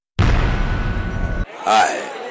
Hi